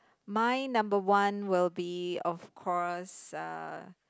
my number one will be of course uh